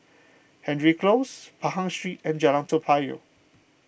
Hendry Close Pahang Street and Jalan Toa Payoh